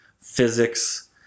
physics